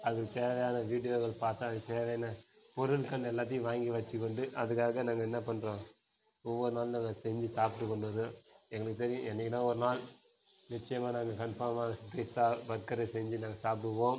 அதுக்குத் தேவையான வீடியோக்கள் பார்த்து அதுக்குத் தேவையான பொருட்கள் எல்லாத்தையும் வாங்கி வெச்சுக்கொண்டு அதுக்காக நாங்கள் என்ன பண்ணுறோம் ஒவ்வொரு நாளும் நாங்கள் செஞ்சு சாப்பிட்டுக் கொண்டிருக்கிறோம் எங்களுக்கு தெரியும் என்றைக்கினா ஒரு நாள் நிச்சயமாக நாங்கள் கன்ஃபார்மாக பீட்சா பர்கரு செஞ்சு நாங்கள் சாப்பிடுவோம்